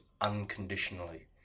unconditionally